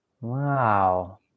Wow